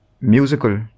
musical